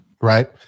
right